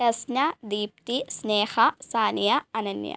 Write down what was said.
Thesna Deepthi Sneha Saniya Ananya